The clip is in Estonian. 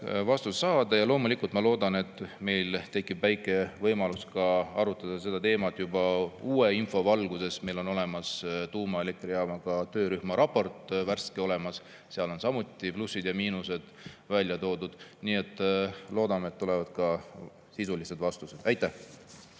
vastust saada. Loomulikult ma loodan, et meil tekib väike võimalus seda teemat arutada ka uue info valguses. Meil on olemas tuumaelektrijaama töörühma värske raport. Seal on samuti plussid ja miinused välja toodud. Nii et loodame, et tulevad ka sisulised vastused. Aitäh,